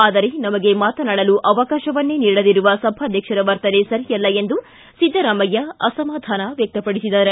ಆದರೆ ನಮಗೆ ಮಾತನಾಡಲು ಅವಕಾಶವನ್ನೇ ನೀಡದಿರುವ ಸಭಾಧ್ಯಕ್ಷರ ವರ್ತನೆ ಸರಿ ಅಲ್ಲ ಎಂದು ಸಿದ್ದರಾಮಯ್ಯ ಅಸಮಾಧಾನ ವ್ಯಕ್ಯಪಡಿಸಿದ್ದಾರೆ